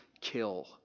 kill